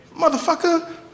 motherfucker